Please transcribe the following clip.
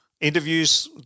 interviews